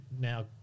now